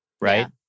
Right